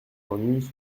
ennui